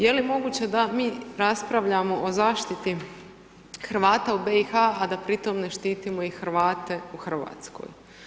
Je li moguće da mi raspravljamo o zaštiti Hrvata u BiH-u a da pritom ne štitimo i Hrvate u Hrvatskoj?